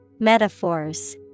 Metaphors